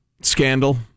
scandal